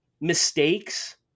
mistakes